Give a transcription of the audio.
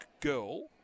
girl